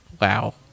Wow